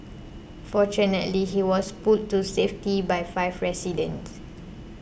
fortunately he was pulled to safety by five residents